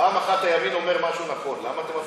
פעם אחת הימין אומר משהו נכון, למה אתם מפריעים?